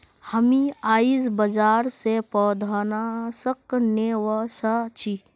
हामी आईझ बाजार स पौधनाशक ने व स छि